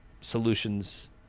solutions